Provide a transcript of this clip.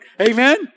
Amen